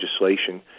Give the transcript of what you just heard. legislation